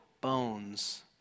bones